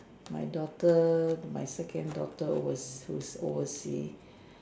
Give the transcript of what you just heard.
my daughter my second daughter who was overseas